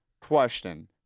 question